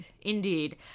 Indeed